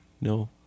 No